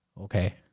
Okay